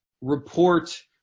report